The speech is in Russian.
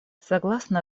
согласно